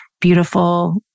beautiful